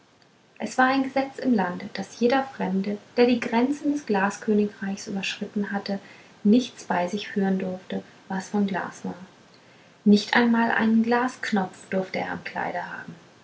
es war ein gesetz im lande daß jeder fremde der die grenzen des glaskönigreichs überschritten hatte nichts bei sich führen durfte was von glas war nicht einmal einen glasknopf durfte er am kleide haben